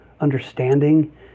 understanding